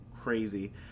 Crazy